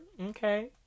okay